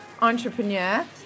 entrepreneur